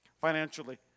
financially